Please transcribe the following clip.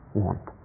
want